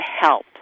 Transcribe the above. help